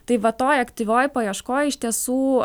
tai va toj aktyvioj paieškoj iš tiesų